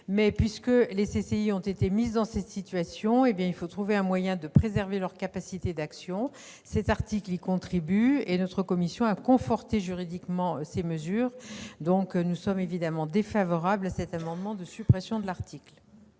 puisqu'elles ont été mises dans cette situation, il faut trouver un moyen de préserver leur capacité d'action. Cet article y contribue. Notre commission a par ailleurs conforté juridiquement ces mesures. Elle est donc évidemment défavorable à cet amendement de suppression de l'article.